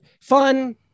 fun